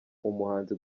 umuhanzi